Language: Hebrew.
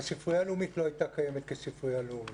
הספרייה הלאומית לא הייתה קיימת כספרייה לאומית,